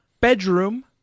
bedroom